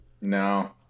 No